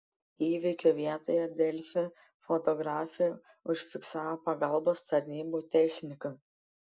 įvykio vietoje delfi fotografė užfiksavo pagalbos tarnybų techniką